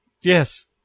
yes